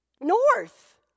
north